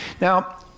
Now